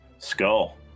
Skull